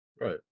Right